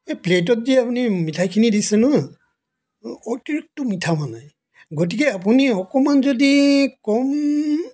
এ প্লেটত যে আপুনি মিঠাইখিনি দিছে ন অতিৰিক্ত মিঠা মানে গতিকে আপুনি অকণমান যদি কম